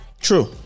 True